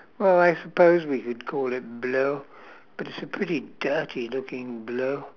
well I suppose we could call it blue but it's a pretty dirty looking blue